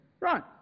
Right